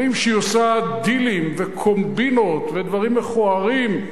אומרים שהיא עושה דילים וקומבינות ודברים מכוערים.